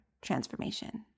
transformation